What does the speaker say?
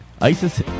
Isis